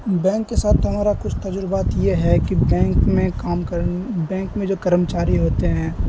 bank کے ساتھ تو ہمارا کچھ تجربات یہ ہے کہ بینک میں کام بینک میں جو کرمچاری ہوتے ہیں